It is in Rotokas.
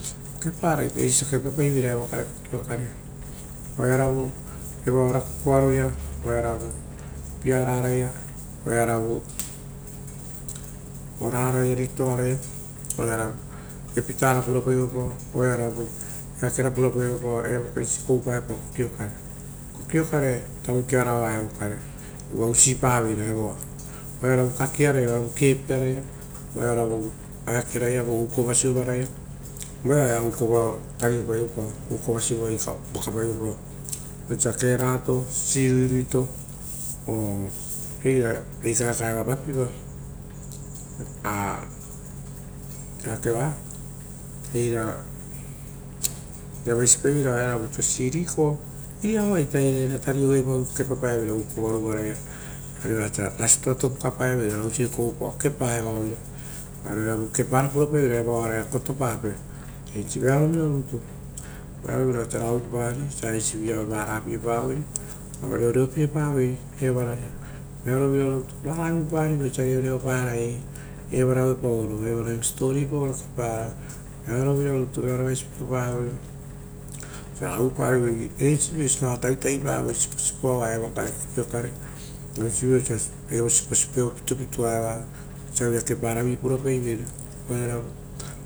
Kepara ita evara, eisi kepa paiveira evokare kokio kare, oearovu evaoara kikiearoia oearoa piararaia, oearovu oraraia ritoaraia oearoa epitara purapaeopao, oearovu rasiara purapaepao eisi koupaepao kokio kare, kokio kare tavukiaoara evo kare uva usipa veira evoa oearovu kakiaraia oearovu kepiaraia, oearovu eakeroara ia vo ukova sovaraia, evoia oea ukova taripaevopao, ukova sovaraia vokapaoepao, oisi osia kerato, siruiruto, oo era reikae kaeva vakiva eakeva eira eria vaisipaiveira oisio siriko iriavua ita eira eria evoa kepapaevera ukova. aue ita rasito topukapaeveira osio kepa era oira varo ari oearovu kepara pura paiveira evaoaraia a gotopapee, eisi vearovina rutu, vearovira osa ragai uvupari osia eisivi aue varapie pavoi, aue reoreopie pavoi evara, vearo vira rutu ragai uvupari osia reoreoparai evara auepaoro, evara iava siposipo paoro kepara, vearovira rutu vearovaisi pura pavoi osa ragai huaparivoi eisi vi osia va tavitavi pavo siposipoa vao kokio kare, osiavia kepara vipura paiveira.